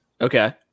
Okay